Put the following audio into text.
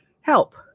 help